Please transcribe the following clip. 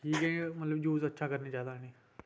मतलब की अच्छा यूज़ करना चाहिदा इनें